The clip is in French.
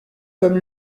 comme